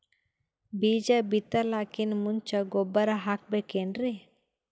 ಬೀಜ ಬಿತಲಾಕಿನ್ ಮುಂಚ ಗೊಬ್ಬರ ಹಾಕಬೇಕ್ ಏನ್ರೀ?